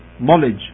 knowledge